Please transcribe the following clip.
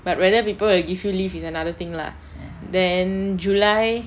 but whether people will give you leave is another thing lah then july